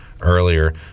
earlier